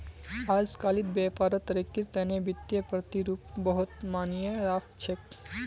अजकालित व्यापारत तरक्कीर तने वित्तीय प्रतिरूप बहुत मायने राख छेक